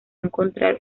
encontrar